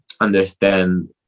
understand